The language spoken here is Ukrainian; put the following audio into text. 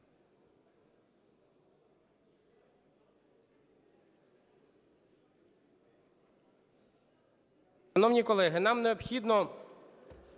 Дякую,